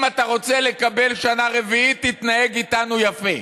אם אתה רוצה לקבל שנה רביעית, תתנהג איתנו יפה.